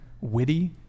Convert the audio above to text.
witty